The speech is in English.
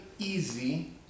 Easy